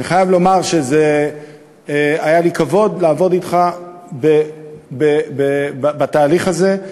ואני חייב לומר שלכבוד היה לי לעבוד אתך בתהליך הזה,